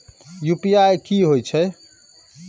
UPI की हेछे?